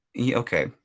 okay